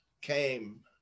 came